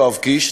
יואב קיש,